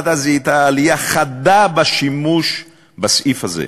הוועדה זיהתה עלייה חדה בשימוש בסעיף הזה: